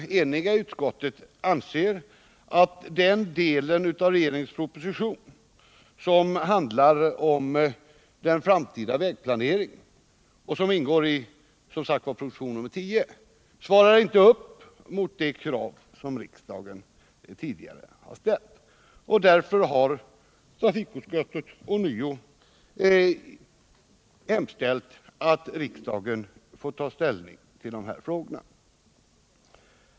Men det har i utskottet rått enighet om att den del av propositionen 10 som handlar om den framtida vägplaneringen inte svarar mot de krav som riksdagen tidigare framfört. Därför har trafikutskottet ånyo hemställt att riksdagen får ta ställning till de här frågorna.